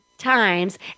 times